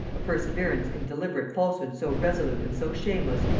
a perseverance in deliberate falsehood so resolute and so shameless,